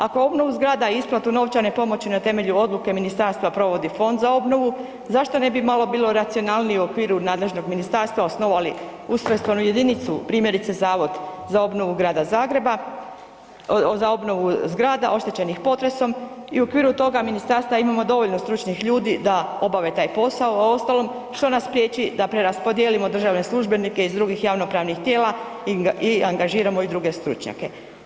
Ako obnovu zgrada i isplatu novčane pomoći na temelju odluke ministarstva provodi Fond za obnovu zašto ne bi malo bilo racionalnije u okviru nadležnog ministarstva osnovali ustrojstvenu jedinicu primjerice Zavod za obnovu Grada Zagreba, za obnovu zgrada oštećenih potresom i u okviru toga ministarstva imamo dovoljno stručnih ljudi da obave taj posao, a uostalom što nas priječi da preraspodijelimo državne službenike iz drugih javnopravnih tijela i angažiramo i druge stručnjake.